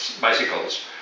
bicycles